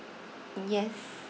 yes